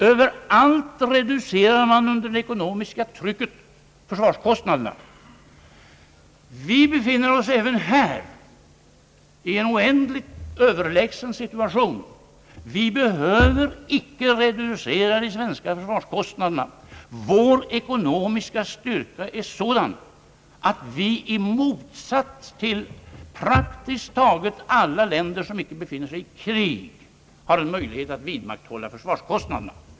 Överallt reducerar man försvarskostnaderna under det ekonomiska trycket. även härvidlag befinner vi oss i en oändligt överlägsen situation. Vi behöver icke reducera försvarskostnaderna. Vår ekonomiska styrka är sådan att vi i motsats till praktiskt taget alla länder, som icke befinner sig i krig, har möjlighet att vidmakthålla försvarsutgifterna.